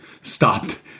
stopped